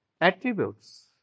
attributes